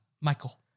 Michael